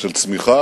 של צמיחה,